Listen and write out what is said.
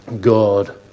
God